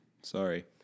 Sorry